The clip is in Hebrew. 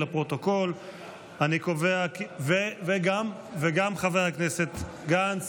לפרוטוקול וגם את קולו של חבר הכנסת גנץ,